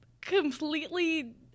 completely